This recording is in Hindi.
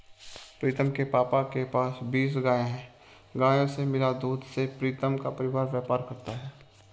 प्रीतम के पापा के पास बीस गाय हैं गायों से मिला दूध से प्रीतम का परिवार व्यापार करता है